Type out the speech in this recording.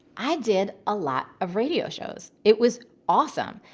i did a lot of radio shows. it was awesome.